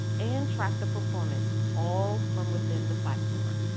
and track the performance all from within the platform.